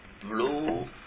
blue